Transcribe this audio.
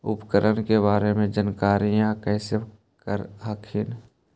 उपकरण के बारे जानकारीया कैसे कर हखिन?